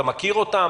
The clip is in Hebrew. אתה מכיר אותם,